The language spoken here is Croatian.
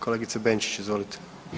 Kolegice Benčić, izvolite.